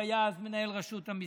מי שהיה אז מנהל רשות המיסים,